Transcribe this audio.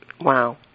Wow